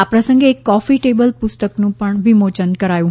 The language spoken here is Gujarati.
આ પ્રસંગે એક કોફી ટેબલ પુસ્તકનું પણ વિમોચન કરાયું હતું